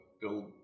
build